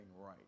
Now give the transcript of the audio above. right